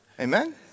Amen